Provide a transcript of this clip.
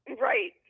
Right